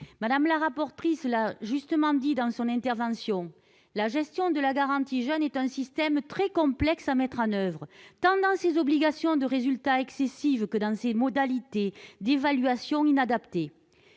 Madame la rapporteur l'a justement dit dans son intervention : la garantie jeunes est un système très complexe à mettre en oeuvre, tant dans ses obligations de résultat, excessives, que dans ses modalités d'évaluation, inadaptées.